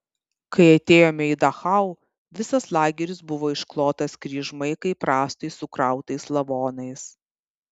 kai atėjome į dachau visas lageris buvo išklotas kryžmai kaip rąstai sukrautais lavonais